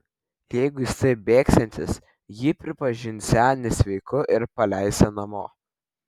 jeigu jis taip bėgsiantis jį pripažinsią nesveiku ir paleisią namo